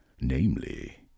namely